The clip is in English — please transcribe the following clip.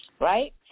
right